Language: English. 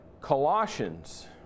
Colossians